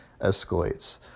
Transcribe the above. escalates